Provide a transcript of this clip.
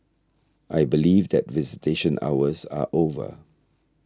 I believe that visitation hours are over